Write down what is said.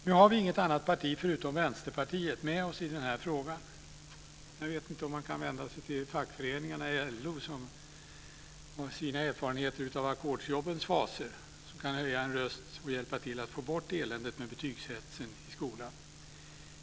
Nu har vi inget annat parti än Vänsterpartiet med oss i den här frågan. Vi vet inte om vi kan vända oss till fackföreningarna eller LO så att de med sina erfarenheter av ackordsjobbets fasor kan höja en röst för att hjälpa till att få bort eländet med betygshetsen i skolan.